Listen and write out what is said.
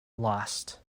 lost